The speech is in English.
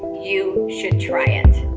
you should try it.